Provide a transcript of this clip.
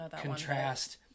contrast